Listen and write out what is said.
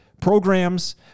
programs